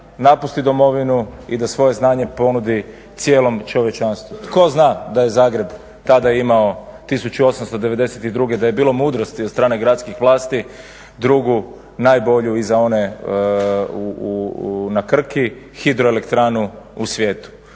napusti domovinu i da svoje znanje ponudi cijelom čovječanstvu. Tko zna da je Zagreb tada imao 1892. da je bilo mudrosti od strane gradskih vlasti, drugu najbolju i za one na Krki, hidroelektranu u svijetu.